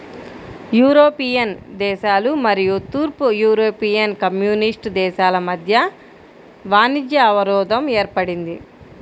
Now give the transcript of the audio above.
European దేశాలు మరియు తూర్పు యూరోపియన్ కమ్యూనిస్ట్ దేశాల మధ్య వాణిజ్య అవరోధం ఏర్పడింది